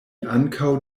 ankaŭ